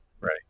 right